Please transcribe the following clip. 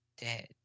dead